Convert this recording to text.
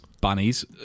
Bunnies